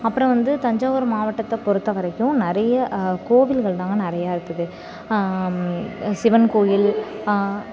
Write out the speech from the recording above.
அப்புறம் வந்து தஞ்சாவூர் மாவட்டத்தை பொறுத்த வரைக்கும் நிறைய கோவில்கள் தாங்க நிறையா இருக்குது சிவன் கோவில்